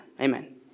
Amen